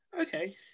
okay